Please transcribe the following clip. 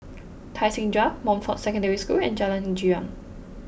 Tai Seng Drive Montfort Secondary School and Jalan Girang